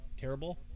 terrible